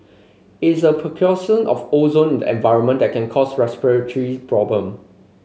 is a precursor of ozone the environment that and can cause respiratory problem